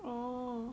oh